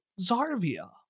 Zarvia